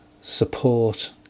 support